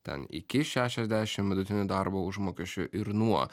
ten iki šešiasdešimt vidutinių darbo užmokesčių ir nuo